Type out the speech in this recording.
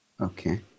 Okay